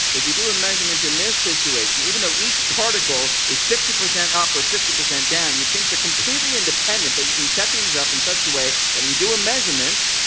if you do a measurement in this situation, even though each particle is fifty percent up or fifty percent down, you'd think they're completely independent, but you can set these up in such a way that if you do a measurement,